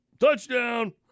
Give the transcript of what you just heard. touchdown